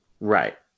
Right